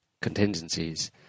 contingencies